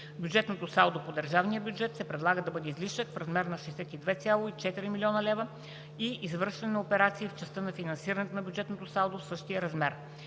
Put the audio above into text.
Бюджетното салдо по държавния бюджет се предлага да бъде излишък в размер на 62,4 млн. лв. и извършване на операции в частта на финансирането на бюджетното салдо в същия размер.